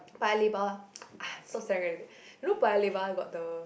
Paya-Lebar so you know Paya-Lebar got the